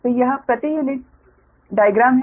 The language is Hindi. तो यह प्रति यूनिट डाइग्राम है